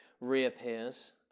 reappears